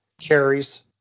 carries